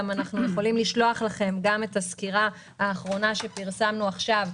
אנחנו גם יכולים לשלוח לכם את הסקירה האחרונה שפרסמנו עכשיו,